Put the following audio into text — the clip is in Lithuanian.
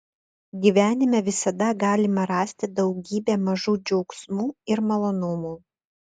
gyvenime visada galima rasti daugybę mažų džiaugsmų ir malonumų